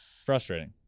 Frustrating